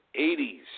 80s